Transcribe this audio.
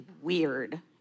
weird